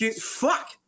Fuck